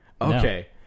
Okay